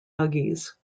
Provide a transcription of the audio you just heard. buggies